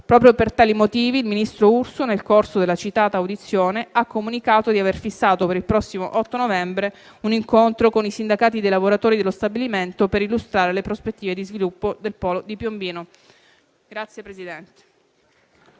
Proprio per tali motivi il ministro Urso, nel corso della citata audizione, ha comunicato di aver fissato, per il prossimo 8 novembre, un incontro con i sindacati dei lavoratori dello stabilimento, per illustrare le prospettive di sviluppo del polo di Piombino.